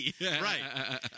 right